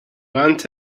want